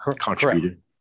contributed